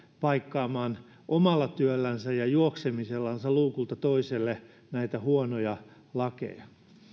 paikkaamaan omalla työllänsä ja juoksemisellansa luukulta toiselle näitä huonoja lakeja